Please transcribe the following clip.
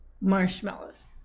marshmallows